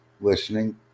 listening